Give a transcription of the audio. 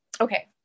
Okay